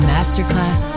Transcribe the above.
Masterclass